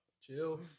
chill